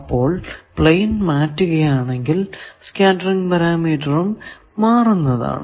അപ്പോൾ പ്ലെയിൻ മാറ്റുകയാണെങ്കിൽ സ്കേറ്ററിങ് പാരാമീറ്ററും മാറുന്നതാണ്